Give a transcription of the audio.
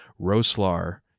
Roslar